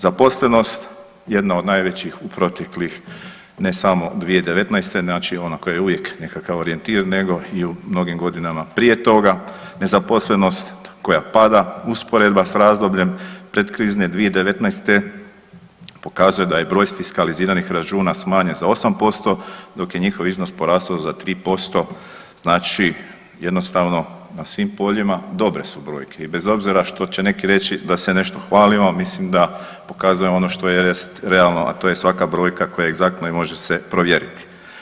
Zaposlenost, jedna od najvećih proteklih, ne samo 2019., znači ona koja je uvijek nekakav orijentir nego i u mnogim godinama prije toga, nezaposlenost koja pada, usporedba s razdobljem predkrizne 2019. pokazuje da je broj fiskaliziranih računa smanjen za 8%, dok je njihov iznos porastao za 3%, znači jednostavno na svim poljima dobre su brojke i bez obzira što će neki reći da se nešto hvalimo, mislim da pokazujemo ono što jest realno, a to je svaka brojka koja je egzaktna i može se provjeriti.